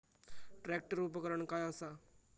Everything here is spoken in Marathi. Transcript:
ट्रॅक्टर उपकरण काय असा?